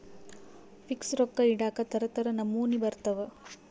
fix ರೊಕ್ಕ ಇಡಾಕ ತರ ತರ ನಮೂನಿ ಬರತವ